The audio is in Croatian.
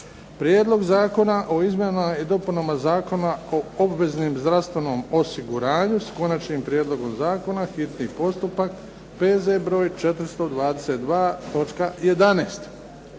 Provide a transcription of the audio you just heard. Prijedlog zakona o izmjenama i dopunama Zakona o obveznom zdravstvenom osiguranju, s Konačnim prijedlogom zakona, hitni postupak, prvo i